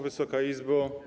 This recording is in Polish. Wysoka Izbo!